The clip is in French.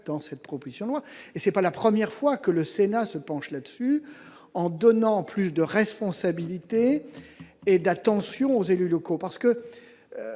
cette proposition de loi- et ce n'est pas la première fois que le Sénat se penche sur cette question -, donner plus de responsabilités et d'attention aux élus locaux.